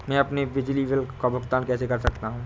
मैं अपने बिजली बिल का भुगतान कैसे कर सकता हूँ?